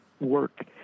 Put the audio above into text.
work